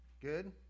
Good